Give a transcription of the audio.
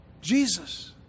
Jesus